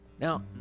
Now